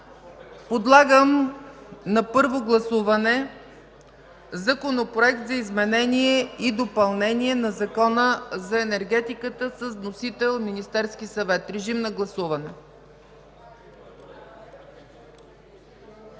Подлагам на първо гласуване Законопроекта за изменение и допълнение на Закона за енергетиката с вносител Министерския съвет. Гласували